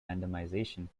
randomization